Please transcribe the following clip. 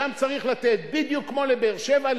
שם צריך לתת בדיוק כמו לבאר-שבע,